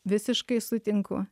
visiškai sutinku